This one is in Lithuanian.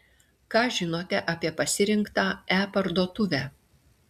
ką žinote apie pasirinktą e parduotuvę